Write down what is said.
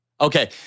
Okay